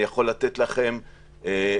אני יכול לתת לכם דוגמאות: